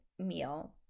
meal